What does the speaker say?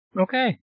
Okay